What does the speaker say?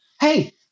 Hey